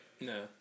No